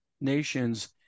nations